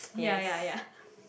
ya ya ya